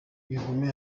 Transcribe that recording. bigume